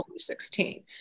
2016